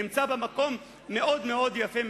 נמצא במקום מאוד יפה,